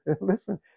listen